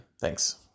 Thanks